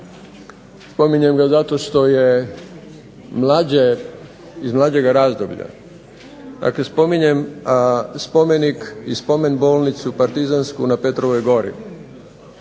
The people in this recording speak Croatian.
spominjem ga zato što je iz mlađega razdoblja. Dakle, spominjem spomenik i spomen-bolnicu partizansku na Petrovoj gori.